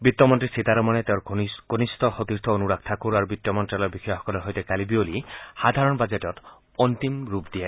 বিত্তমন্ত্ৰী সীতাৰমণে তেওঁৰ কনিষ্ঠ সতীৰ্থ অনুৰাগ ঠাকুৰ আৰু বিত্ত মন্ত্যালয়ৰ বিষয়াসকলৰ সৈতে কালি বিয়লি সাধাৰণ বাজেটত অন্তিম ৰূপ দিয়ে